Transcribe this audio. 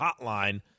hotline